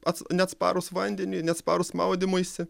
ats neatsparūs vandeniui neatsparūs maudymuisi